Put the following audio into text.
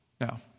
Now